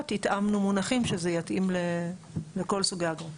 התאמנו מונחים שזה יתאים לכל סוגי האגרות.